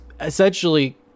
essentially